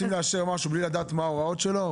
רוצים לאשר משהו בלי לדעת מהן ההוראות שלו,